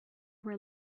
were